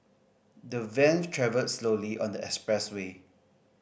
the van travelled slowly on the expressway